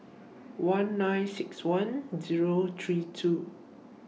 one nine six one Zero three two